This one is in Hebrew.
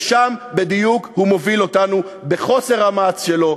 לשם בדיוק הוא מוביל אותנו בחוסר המעש שלו,